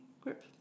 group